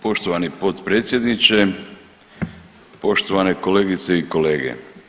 Poštovani potpredsjedniče, poštovane kolegice i kolege.